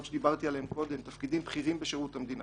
שדיברתי עליהם קודם תפקידים בכירים בשירות המדינה,